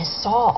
saw